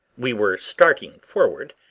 we were starting forward,